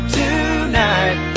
tonight